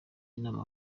inama